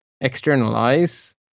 externalize